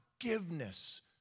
forgiveness